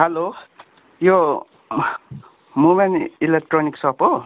hello यो mobile electronics shop हो